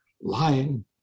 Lying